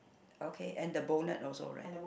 okay and the bonnet also right